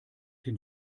den